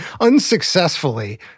unsuccessfully